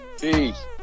Peace